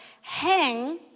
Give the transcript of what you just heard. hang